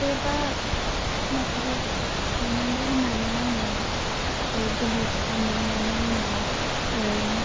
टेपआ नख'राव थानांगौ होननानै आङो ओह बिलिभ खालामो मानो होनबा ओह